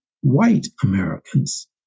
white-Americans